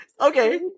Okay